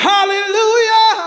Hallelujah